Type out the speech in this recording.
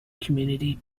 community